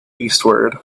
eastward